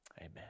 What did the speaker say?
Amen